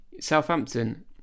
Southampton